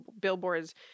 billboards